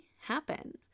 happen